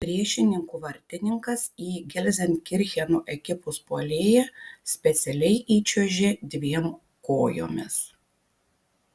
priešininkų vartininkas į gelzenkircheno ekipos puolėją specialiai įčiuožė dviem kojomis